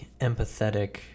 empathetic